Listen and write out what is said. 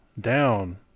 down